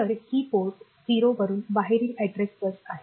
तर ही पोर्ट 0 वरून बाहेरील अॅड्रेस बस आहे